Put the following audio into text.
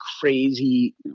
crazy